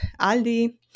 Aldi